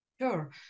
Sure